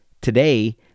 Today